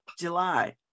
july